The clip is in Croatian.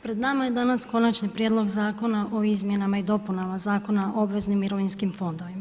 Pred nama je danas Konačni prijedlog Zakona o izmjenama i dopunama Zakona o obveznim mirovinskim fondovima.